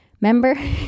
Remember